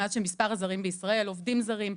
מאז שמספר הזרים בישראל - עובדים זרים,